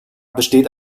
besteht